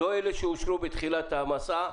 לא אלה שאושרו בתחילת המסע,